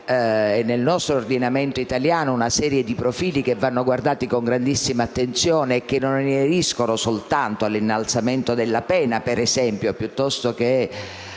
nel nostro ordinamento una serie di profili che vanno guardati con grandissima attenzione e che non ineriscono soltanto all'innalzamento della pena - per esempio - piuttosto che